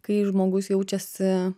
kai žmogus jaučiasi